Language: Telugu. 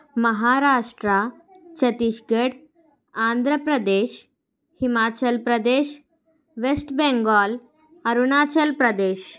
మహారాష్ట్ర చత్తీస్గఢ్ ఆంధ్రప్రదేశ్ హిమాచల్ప్రదేశ్ వెస్ట్బెంగాల్ అరుణాచల్ప్రదేశ్